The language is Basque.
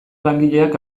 langileak